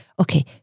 Okay